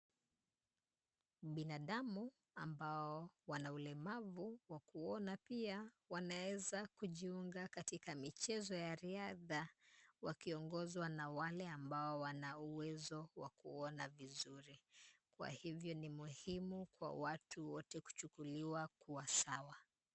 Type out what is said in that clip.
Binadamu ambao wana ulemavu wa kuona pia, wanaweza kujiunga katika michezo ya riadha, wakiongozwa na wale ambao wana uwezo wa kuona vizuri. Kwa hivyo ni muhimu kwa watu wote kuchukuliwa kuwa sawa.